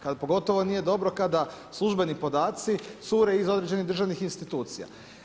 Kad pogotovo nije dobro kada službeni podaci cure iz određenih državnih institucija.